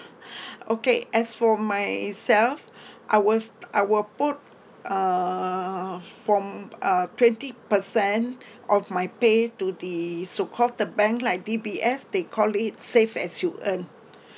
okay as for myself I was I will put err from uh twenty percent of my pay to the so-called the bank like D_B_S they call it save as you earn